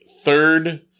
third